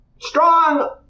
strong